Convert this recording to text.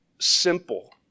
simple